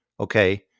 Okay